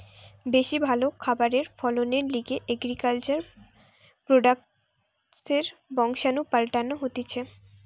বেশি ভালো খাবার ফলনের লিগে এগ্রিকালচার প্রোডাক্টসের বংশাণু পাল্টানো হতিছে